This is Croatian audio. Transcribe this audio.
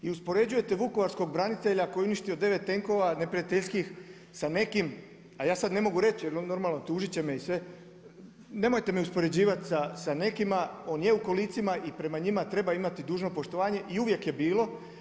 I uspoređujete vukovarskog branitelja koji je uništio 9 tenkova neprijateljskih sa nekim, ali ja sada ne mogu reć jer normalno tužit će me i sve, nemojte me uspoređivati sa nekima, on je u kolicima i prema njima treba imati dužno poštovanje i uvijek je bilo.